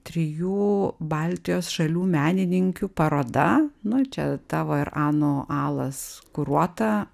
trijų baltijos šalių menininkių paroda nu čia tavo ir ano alas kuruota